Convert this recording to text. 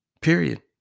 Period